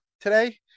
today